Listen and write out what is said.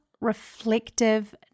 reflective